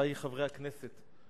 חברי חברי הכנסת,